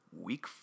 Week